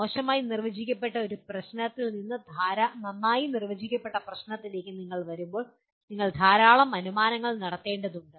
മോശമായി നിർവചിക്കപ്പെട്ട ഒരു പ്രശ്നത്തിൽ നിന്ന് നന്നായി നിർവചിക്കപ്പെട്ട പ്രശ്നത്തിലേക്ക് നിങ്ങൾ വരുമ്പോൾ നിങ്ങൾ ധാരാളം അനുമാനങ്ങൾ നടത്തേണ്ടതുണ്ട്